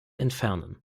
entfernen